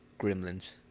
Gremlins